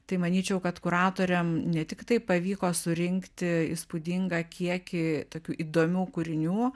tai manyčiau kad kuratoriam ne tiktai pavyko surinkti įspūdingą kiekį tokių įdomių kūrinių